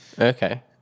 Okay